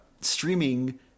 streaming